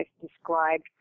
described